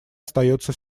остается